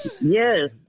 Yes